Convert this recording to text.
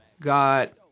got